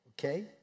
okay